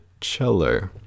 cello